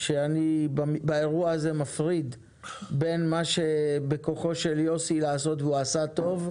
שאני באירוע הזה מפריד בין מה שבכוחו של יוסי לעשות והוא עשה טוב,